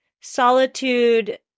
solitude